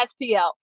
STL